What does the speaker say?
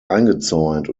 eingezäunt